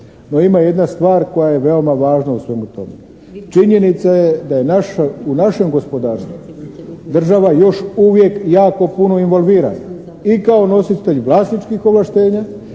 No ima jedna stvar koja je veoma važna u svemu tome. Činjenica je da je naša, u našem gospodarstvu država još uvijek jako puno involvirana, i kao nositelj vlasničkih ovlaštenja